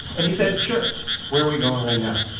and he said, sure where are we going right now?